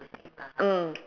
mm